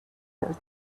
wars